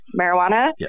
marijuana